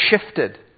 shifted